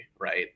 right